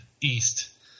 East